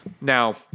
Now